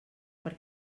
per